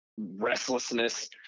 restlessness